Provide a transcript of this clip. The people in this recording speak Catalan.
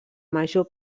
major